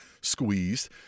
Squeezed